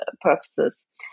purposes